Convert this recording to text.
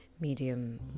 Medium